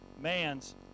man's